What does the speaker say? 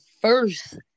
first